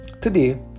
Today